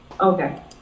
Okay